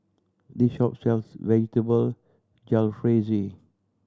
this shop sells Vegetable Jalfrezi